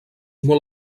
molt